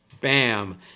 bam